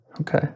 Okay